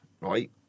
Right